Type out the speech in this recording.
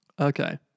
Okay